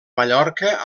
mallorca